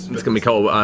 it's gonna be cold. with